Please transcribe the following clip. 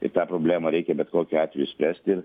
ir tą problemą reikia bet kokiu atveju spręsti